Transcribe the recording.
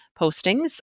postings